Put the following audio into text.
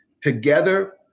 together